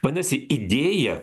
vadinasi idėja